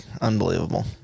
unbelievable